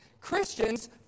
Christians